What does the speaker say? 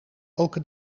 elke